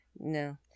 No